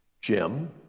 Jim